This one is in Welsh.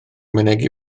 mynegi